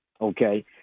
okay